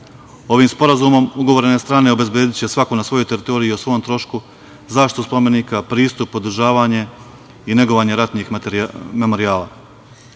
Sporazumom ugovorne strane obezbediće, svako na svojoj teritoriji i o svom trošku zaštitu spomenika, pristup, održavanje i negovanje ratnih memorijala.